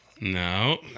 No